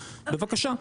בבקשה.